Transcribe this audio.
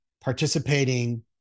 participating